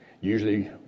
usually